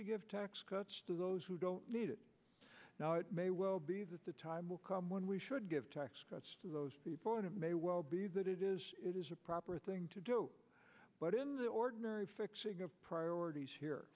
to give tax cuts to those who don't need it now it may well be that the time will come when we should give tax cuts to those people and it may well be that it is it is a proper thing to do but in the ordinary fixing of priorities here